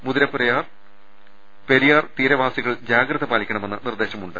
മുതിരപ്പുഴയാർ പെരിയാർ തീരവാസികൾ ജാഗ്രത പാലിക്കണമെന്ന് നിർദ്ദേശമു ണ്ട്